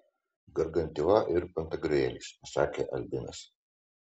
gargantiua ir pantagriuelis pasakė albinas